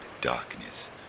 darkness